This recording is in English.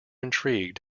intrigued